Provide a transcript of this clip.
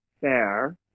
fair